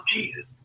Jesus